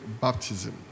baptism